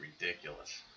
ridiculous